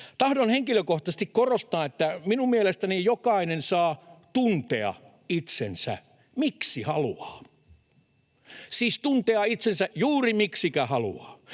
tahdon henkilökohtaisesti korostaa, että minun mielestäni jokainen saa tuntea itsensä miksi haluaa. Siis tuntea itsensä juuri miksikä haluaa.